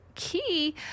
key